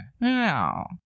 No